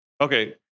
Okay